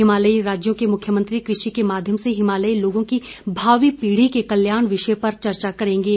हिमालयी राज्यों के मुख्यमंत्री कृषि के माध्यम से हिमालयी लोगों की भावी पीढ़ी के कल्याण विषय पर चर्चा करेंगे